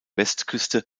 westküste